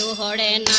hundred and